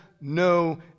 no